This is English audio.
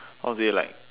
how to say like